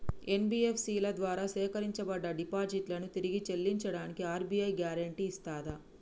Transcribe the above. NBFC ల ద్వారా సేకరించబడ్డ డిపాజిట్లను తిరిగి చెల్లించడానికి ఆర్.బి.ఐ గ్యారెంటీ ఇస్తదా?